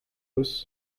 eus